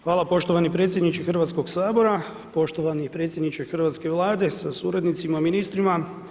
Hvala poštovani predsjedniče Hrvatskoga sabora, poštovani predsjedniče hrvatske Vlade sa suradnicima, ministrima.